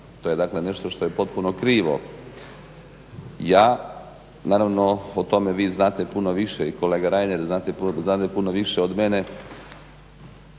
To je nešto što je potpuno krivo. Naravno o tome vi znate puno više i kolega Reiner znade puno više od mene.